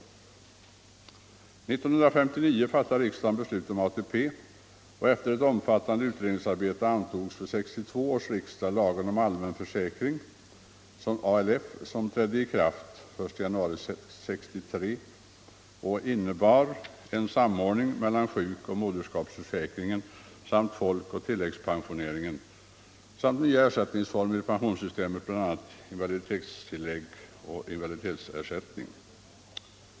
År 1959 fattade riksdagen beslut 4 december 1974 om ATP, och efter ett omfattande utredningsarbete antogs vid 1962 års riksdag lagen om allmän försäkring , som trädde i kraft den 1 — Sänkning av den januari 1963 och som innebar en samordning mellan sjukoch moder = allmänna pensionsskapsförsäkringen och folk-och tilläggspensioneringen samt även nya er — åldern, m.m. sättningsformer i pensionssystemet, bl.a. invaliditetstillägg och invaliditetsersättning.